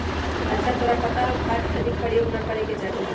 अच्छा तोरा पता हाउ खाद के अधिक प्रयोग ना करे के चाहि?